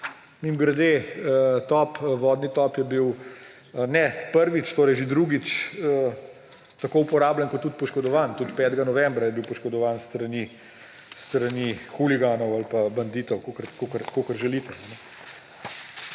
Mimogrede, vodni top ni bil prvič, ampak že drugič tako uporabljen kot tudi poškodovan. Tudi 5. novembra je bil poškodovan s strani huliganov ali pa banditov, kakor želite.